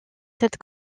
cette